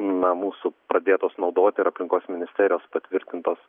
na mūsų pradėtos naudoti ir aplinkos ministerijos patvirtintos